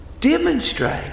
demonstrate